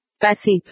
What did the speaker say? Passive